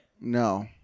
no